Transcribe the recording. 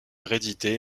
réédité